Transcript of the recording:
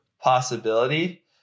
possibility